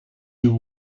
you